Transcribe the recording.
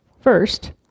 First